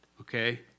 okay